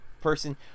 person